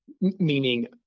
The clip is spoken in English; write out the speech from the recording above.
meaning